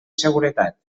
seguretat